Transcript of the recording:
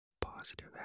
positive